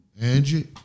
Angie